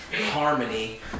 harmony